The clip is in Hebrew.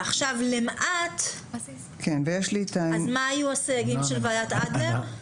מה היו הסייגים של ועדת אדלר?